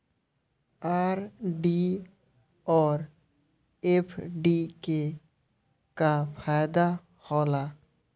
RD और FD के का फायदा हौला?